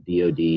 dod